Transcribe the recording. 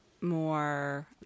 more